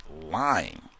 lying